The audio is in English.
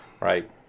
Right